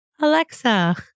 Alexa